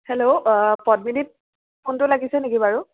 hello পদ্মিনীত ফোনটো লাগিছে নেকি বাৰু